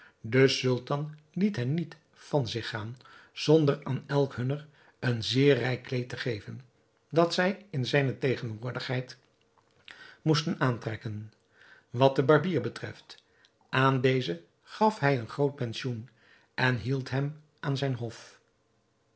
de sultan liet hen niet van zich gaan zonder aan elk hunner een zeer rijk kleed te geven dat zij in zijne tegenwoordigheid moesten aantrekken wat de barbier betreft aan dezen gaf hij een groot pensioen en hield hem aan zijn hof